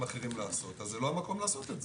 האחרים לעשות אז זה לא המקום לעשות את זה.